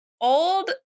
old